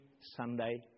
Sunday